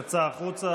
יצא החוצה,